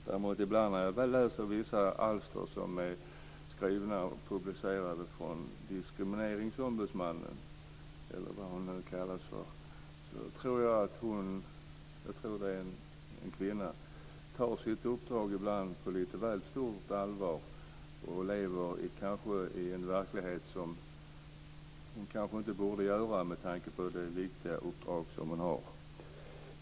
Däremot tror jag ibland när jag läser vissa alster som är skrivna och publicerade av Diskrimineringsombudsmannen att hon tar sitt uppdrag på lite väl stort allvar och kanske lever i en verklighet som hon inte borde leva i, med tanke på det viktiga uppdrag som hon har. Fru talman!